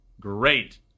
great